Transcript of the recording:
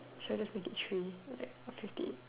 should I just make it train like fifty